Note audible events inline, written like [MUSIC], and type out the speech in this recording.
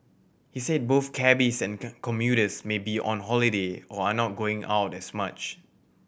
he said both cabbies and [UNINTELLIGIBLE] commuters may be on holiday or are not going out as much